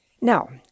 Now